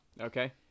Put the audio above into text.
Okay